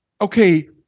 okay